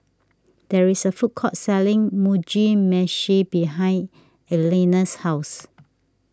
there is a food court selling Mugi Meshi behind Elena's house